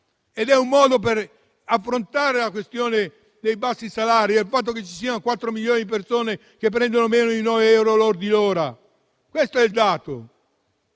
È un modo per affrontare la questione dei bassi salari il fatto che ci siano 4 milioni di persone che prendono meno di nove euro lordi l'ora? Quelle